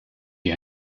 wie